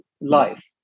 life